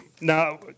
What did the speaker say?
Now